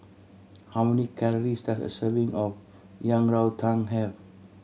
how many calories does a serving of Yang Rou Tang have